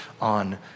on